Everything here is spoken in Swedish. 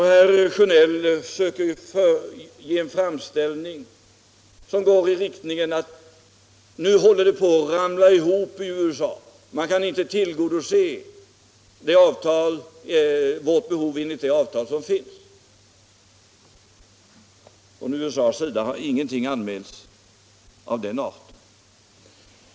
Herr Sjönell söker ge en framställning som går i den riktningen, att det nu håller på att ramla ihop i USA — man skulle där inte kunna tillgodose vårt behov enligt det avtal som slutits. Från USA:s sida har ingenting anmälts av den arten.